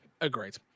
agreed